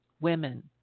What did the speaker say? women